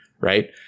right